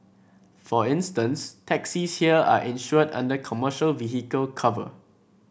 for instance taxis here are insured under commercial vehicle cover